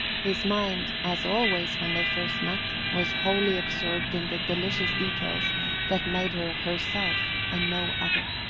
his mind, as always when they first met, was wholly absorbed in the delicious details that made her herself and no other.